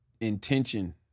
intention